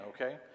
okay